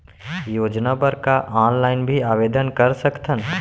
योजना बर का ऑनलाइन भी आवेदन कर सकथन?